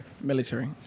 Military